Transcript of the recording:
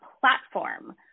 platform